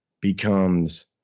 becomes